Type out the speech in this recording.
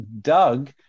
Doug